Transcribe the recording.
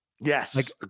Yes